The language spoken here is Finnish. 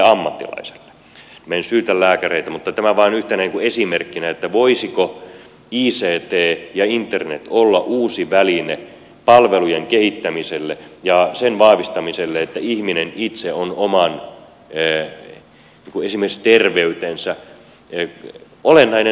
minä en syytä lääkäreitä mutta tämä vain yhtenä esimerkkinä että voisiko ict ja internet olla uusi väline palvelujen kehittämiselle ja sen vahvistamiselle että ihminen itse on esimerkiksi oman terveytensä olennainen vaikuttaja